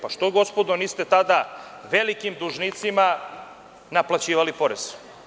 Zašto, gospodo, niste tada velikim dužnicima naplaćivali porez?